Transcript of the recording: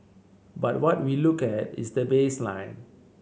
but what we look at is the baseline